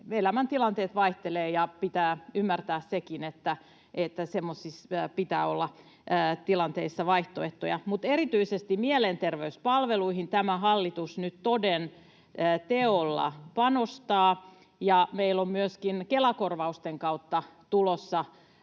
elämäntilanteet vaihtelevat, ja pitää ymmärtää sekin, että semmoisissa tilanteissa pitää olla vaihtoehtoja. Mutta erityisesti mielenterveyspalveluihin tämä hallitus nyt toden teolla panostaa. Meillä on myöskin Kela-korvausten kautta tulossa